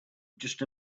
just